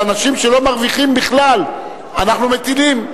על אנשים שלא מרוויחים בכלל אנחנו מטילים.